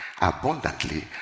abundantly